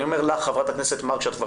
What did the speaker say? אני אומר לך חברת הכנסת מארק שאת כבר